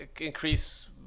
increase